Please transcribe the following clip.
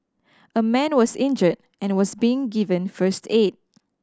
a man was injured and was being given first aid